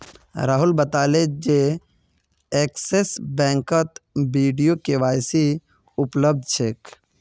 राहुल बताले जे एक्सिस बैंकत वीडियो के.वाई.सी उपलब्ध छेक